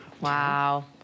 Wow